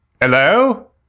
Hello